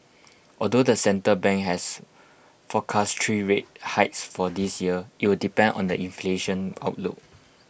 although the central bank has forecast three rate hikes for this year IT will depend on the inflation outlook